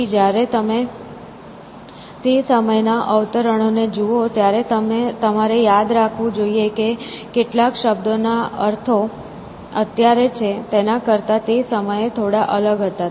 તેથી જ્યારે તમે તે સમયના અવતરણો ને જુઓ ત્યારે તમારે યાદ રાખવું જોઈએ કે કેટલાક શબ્દોના અર્થો અત્યારે છે તેના કરતા તે સમયે થોડા અલગ હતા